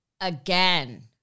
Again